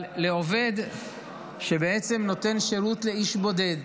אבל לעובד שבעצם נותן שירות לאיש יחיד,